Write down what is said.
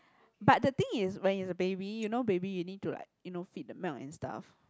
but the thing is when is a baby you know baby you need to like you know feed the milk and stuff